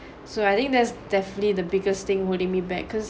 so I think there's definitely the biggest thing holding me back cause